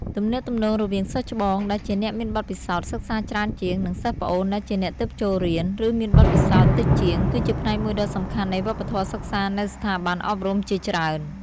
ទំនាក់ទំនងរវាង សិស្សច្បង ដែលជាអ្នកមានបទពិសោធន៍សិក្សាច្រើនជាង និង សិស្សប្អូន ដែលជាអ្នកទើបចូលរៀន ឬមានបទពិសោធន៍តិចជាង គឺជាផ្នែកមួយដ៏សំខាន់នៃវប្បធម៌សិក្សានៅស្ថាប័នអប់រំជាច្រើន។